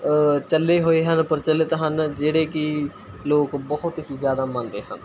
ਚੱਲੇ ਹੋਏ ਹਨ ਪ੍ਰਚਲਿੱਤ ਹਨ ਜਿਹੜੇ ਕਿ ਲੋਕ ਬਹੁਤ ਹੀ ਜਿਆਦਾ ਮੰਨਦੇ ਹਨ